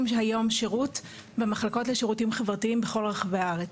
היום שירות במחלקות לשירותים חברתיים בכל רחבי הארץ.